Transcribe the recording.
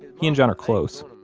he and john are close.